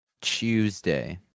Tuesday